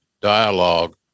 dialogue